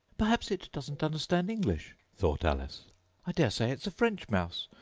perhaps it doesn't understand english thought alice i daresay it's a french mouse,